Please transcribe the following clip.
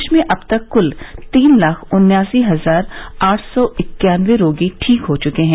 देश में अब तक कूल तीन लाख उन्यासी हजार आठ सौ इक्यानबे रोगी ठीक हो चुके हैं